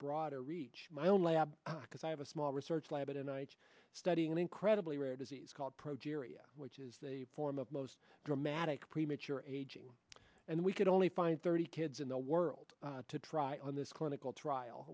broader reach my own lab because i have a small research lab at a night studying an incredibly rare disease called progeria which is a form of most dramatic premature aging and we could only find thirty kids in the world to try on this clinical trial